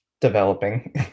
developing